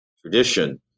tradition